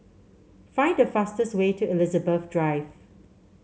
find the fastest way to Elizabeth Drive